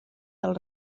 del